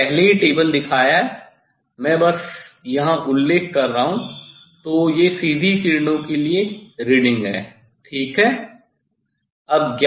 मैंने पहले ही टेबल दिखाया है बस यहाँ मैं उल्लेख कर रहा हूँ तो ये सीधी किरणों के लिए रीडिंग है ठीक है